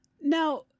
Now